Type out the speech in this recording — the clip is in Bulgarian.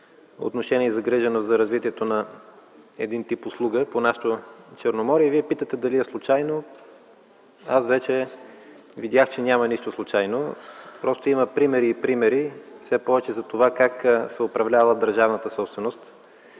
отношение и загриженост за развитието на един тип услуга по нашето Черноморие. Вие питате дали е случайно. Аз вече видях, че няма нищо случайно. Просто има примери и примери - все повече за това как се е управлявала държавната собственост